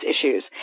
issues